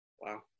Wow